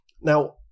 now